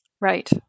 Right